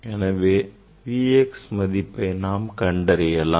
எனவே நாம் Vx மதிப்பை கண்டறியலாம்